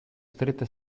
stretta